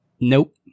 Nope